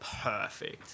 perfect